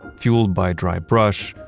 fueled by dry brush,